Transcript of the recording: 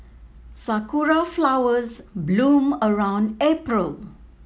sakura flowers bloom around April